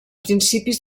principis